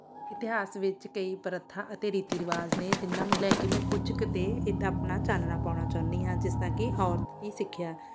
ਇਤਿਹਾਸ ਵਿੱਚ ਕਈ ਪ੍ਰਥਾ ਅਤੇ ਰੀਤੀ ਰਿਵਾਜ਼ ਨੇ ਜਿਨ੍ਹਾਂ ਨੂੰ ਲੈ ਕੇ ਮੈਂ ਕੁਝ ਕੁ 'ਤੇ ਇਹ ਤਾਂ ਆਪਣਾ ਚਾਨਣਾ ਪਾਉਣਾ ਚਾਹੁੰਦੀ ਹਾਂ ਜਿਸ ਤਰ੍ਹਾਂ ਕਿ ਔਰਤ ਦੀ ਸਿੱਖਿਆ